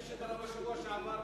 כפי שקרה בשבוע שעבר,